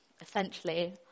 essentially